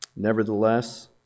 Nevertheless